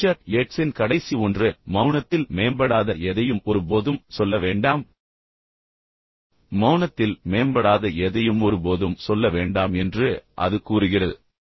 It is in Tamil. ரிச்சர்ட் 8 இன் கடைசி ஒன்று மௌனத்தில் மேம்படாத எதையும் ஒருபோதும் சொல்ல வேண்டாம் மௌனத்தில் மேம்படாத எதையும் ஒருபோதும் சொல்ல வேண்டாம் என்று அது கூறுகிறது